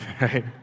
right